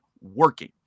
working